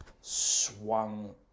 swung